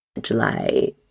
July